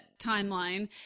timeline